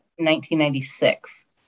1996